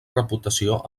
reputació